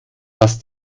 dass